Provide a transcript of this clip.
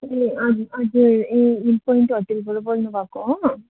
ए अनि हजुर ए हिलपोइन्ट होटलबाट बोल्नुभएको हो